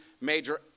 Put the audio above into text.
major